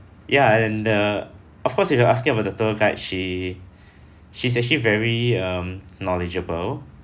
ya and uh of course if you are asking about the tour guide she she's actually very um knowledgeable